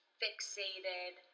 fixated